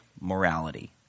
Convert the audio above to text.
morality